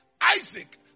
Isaac